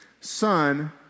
son